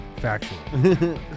factual